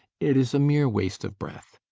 it is mere waste of breath.